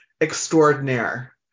extraordinaire